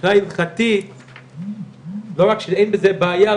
שמבחינה הלכתית לא רק שאין בזה בעיה,